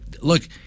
look